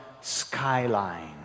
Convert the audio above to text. skyline